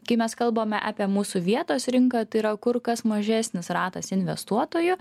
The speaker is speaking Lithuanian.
kai mes kalbame apie mūsų vietos rinką tai yra kur kas mažesnis ratas investuotojų